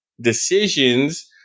decisions